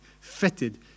fitted